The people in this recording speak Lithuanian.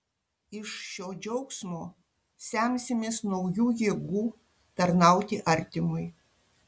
iš šio džiaugsmo semsimės naujų jėgų tarnauti artimui